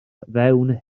fewn